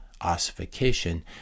ossification